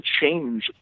change